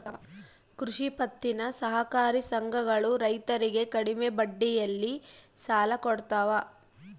ಕೃಷಿ ಪತ್ತಿನ ಸಹಕಾರಿ ಸಂಘಗಳು ರೈತರಿಗೆ ಕಡಿಮೆ ಬಡ್ಡಿಯಲ್ಲಿ ಸಾಲ ಕೊಡ್ತಾವ